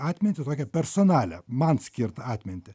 atmintį tokią personalią man skirtą atmintį